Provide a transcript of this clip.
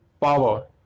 power